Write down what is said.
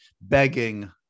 begging